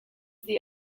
the